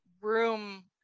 room